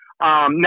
Now